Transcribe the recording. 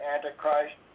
Antichrist